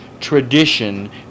tradition